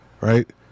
right